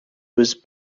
was